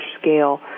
scale